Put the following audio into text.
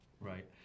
Right